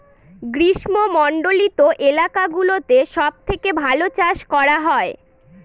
গ্রীষ্মমন্ডলীত এলাকা গুলোতে সব থেকে ভালো চাষ করা হয়